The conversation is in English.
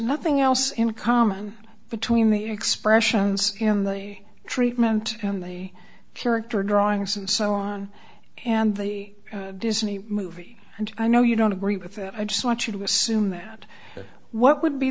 nothing else in common between the expressions in the treatment and the character drawings and so on and the disney movie and i know you don't agree with that i just want you to assume that what would be